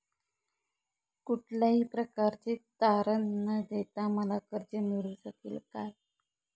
कुठल्याही प्रकारचे तारण न देता मला कर्ज मिळू शकेल काय?